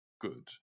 good